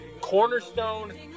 cornerstone